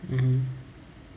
mm